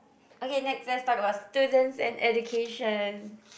okay next let's talk about students and education